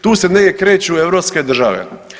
Tu se negdje kreću europske države.